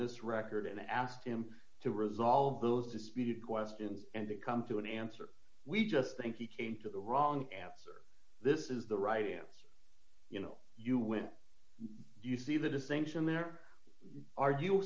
this record and asked him to resolve those disputed questions and to come to an answer we just think he came to the wrong answer this is the right answer you know you when you see the distinction there ar